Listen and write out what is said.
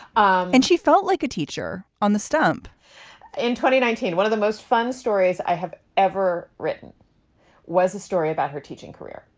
um and she felt like a teacher on the stump in twenty nineteen one of the most fun stories i have ever written was a story about her teaching career.